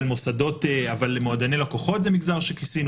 אבל מועדוני לקוחות זה מגזר שכיסינו,